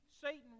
Satan